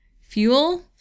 Fuel